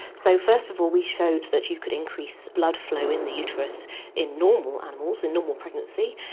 so first of all we showed that you could increase blood flow in the uterus in normal animals, in normal pregnancy.